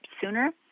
sooner